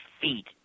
feet